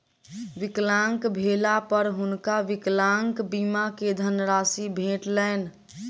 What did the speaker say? विकलांग भेला पर हुनका विकलांग बीमा के धनराशि भेटलैन